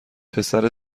پسر